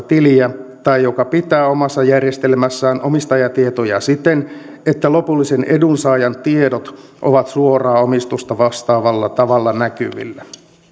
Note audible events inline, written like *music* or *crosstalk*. *unintelligible* tiliä tai joka pitää omassa järjestelmässään omistajatietoja siten että lopullisen edunsaajan tiedot ovat suoraa omistusta vastaavalla tavalla näkyvillä